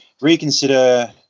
reconsider